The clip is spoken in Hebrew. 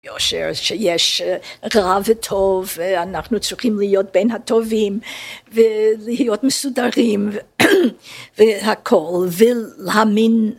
...יש רע וטוב ואנחנו צריכים להיות בין הטובים ולהיות מסודרים, והכול, ולהאמין...